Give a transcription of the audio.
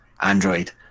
Android